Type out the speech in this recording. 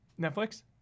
Netflix